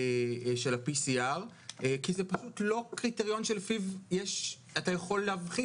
כי זה פשוט לא קריטריון שלפיו אתה יכול להבחין